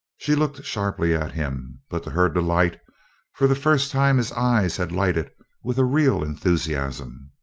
she looked sharply at him, but to her delight for the first time his eyes had lighted with a real enthusiasm.